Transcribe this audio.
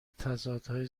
تضادهای